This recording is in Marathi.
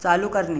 चालू करणे